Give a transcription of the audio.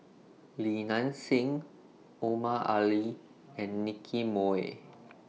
Li Nanxing Omar Ali and Nicky Moey